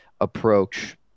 approach